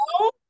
No